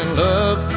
love